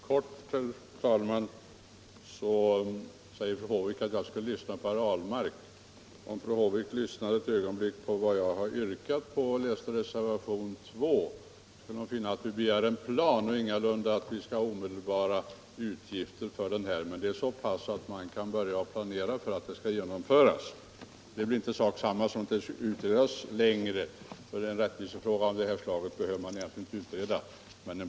Herr talman! Fru Håvik säger att jag skall lyssna på herr Ahlmark. Herr Ahlmarks och min uppfattning sammanfaller. Om fru Håvik lyssnade på vad jag yrkade och läste reservationen 2 skulle hon finna att jag begär en plan — ingalunda omedelbara utgifter — för genomförande av lika pensionsförmåner oberoende av civilstånd. Det är inte samma sak som att frågan skall utredas ytterligare med tidsförlust som följd. En rättvisefråga av detta slag behöver man inte utreda.